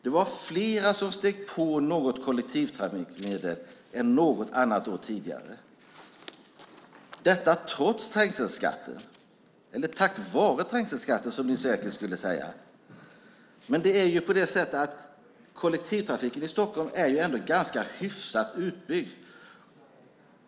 Det var fler som steg på något kollektivtrafikmedel än något annat år tidigare - detta trots trängselskatten, eller tack vare trängselskatten som ni säkert skulle säga. Kollektivtrafiken i Stockholm är ändå ganska hyfsat utbyggd.